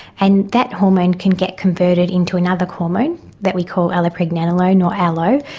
and that hormone can get converted into another hormone that we call allopregnanolone or allo,